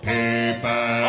Paper